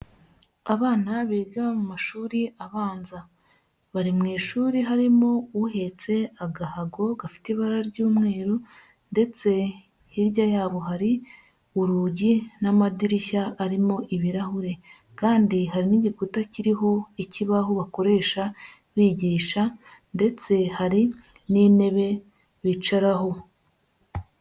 Abana biga mu mashuri abanza, bari mu ishuri harimo uhetse agahago gafite ibara ry'umweru, ndetse hirya yabo hari urugi n'amadirishya arimo ibirahure, kandi hari n'igikuta kiriho ikibaho bakoresha bigisha, ndetse hari n'intebe bicaraho.